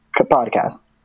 podcasts